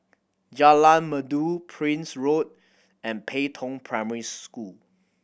Jalan Merdu Prince Road and Pei Tong Primary School